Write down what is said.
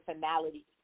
finality